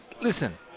Listen